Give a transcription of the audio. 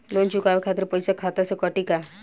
Loan चुकावे खातिर पईसा खाता से कटी का?